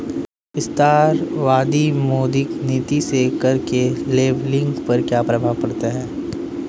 विस्तारवादी मौद्रिक नीति से कर के लेबलिंग पर क्या प्रभाव पड़ता है?